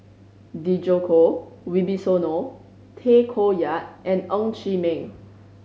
Djoko Wibisono Tay Koh Yat and Ng Chee Meng